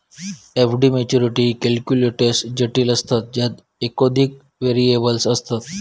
FD maturity calculators जटिल असतत ज्यात एकोधिक व्हेरिएबल्स असतत